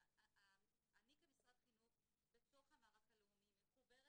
אני כמשרד חינוך בתוך המערך הלאומי מחוברת